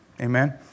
Amen